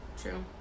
true